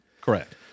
Correct